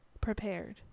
prepared